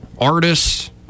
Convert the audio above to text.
artists